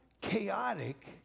chaotic